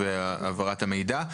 השקיפות והעברת המידע.